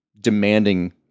demanding